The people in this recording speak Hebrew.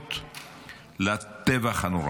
האחריות לטבח הנורא.